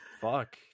fuck